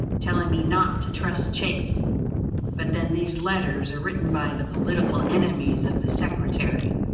telling me not to trust chase but then these letters are written by the political enemies of the secretary,